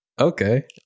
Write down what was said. Okay